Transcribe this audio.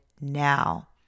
now